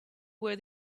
where